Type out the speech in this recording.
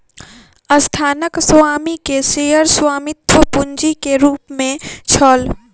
संस्थानक स्वामी के शेयर स्वामित्व पूंजी के रूप में छल